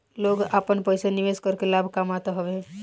लोग आपन पईसा निवेश करके लाभ कामत हवे